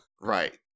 Right